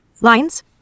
Lines